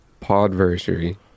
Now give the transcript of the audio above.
podversary